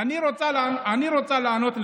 אני רוצָה לענות לך.